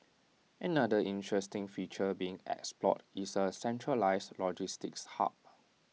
another interesting feature being explored is A centralised logistics hub